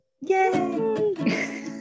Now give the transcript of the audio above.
Yay